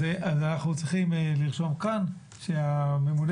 אז אנחנו צריכים לרשום כאן שממונה